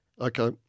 Okay